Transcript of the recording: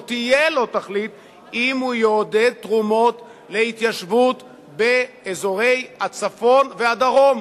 או תהיה לו תכלית אם הוא יעודד תרומות להתיישבות באזורי הצפון והדרום,